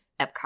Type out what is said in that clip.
epcot